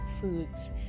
foods